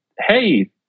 Hey